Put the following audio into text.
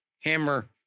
Hammer